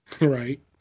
Right